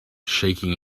shaking